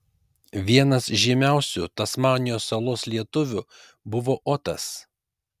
vienas žymiausių tasmanijos salos lietuvių buvo otas